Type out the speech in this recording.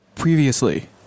previously